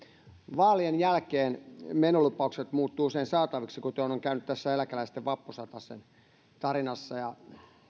vaalien jälkeen menolupaukset muuttuvat usein saataviksi kuten on on käynyt tässä eläkeläisten vappusatasen tarinassa